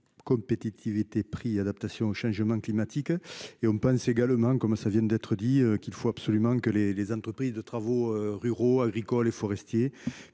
compétitivité prix adaptation au changement climatique et on pense également comme ça vient d'être dit qu'il faut absolument que les les entreprises de travaux ruraux agricoles et forestiers